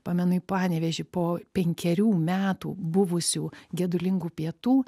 pamenu į panevėžį po penkerių metų buvusių gedulingų pietų